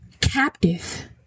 captive